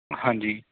ਹਾਂਜੀ